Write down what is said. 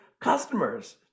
customers